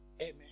Amen